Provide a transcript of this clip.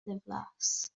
ddiflas